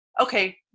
Okay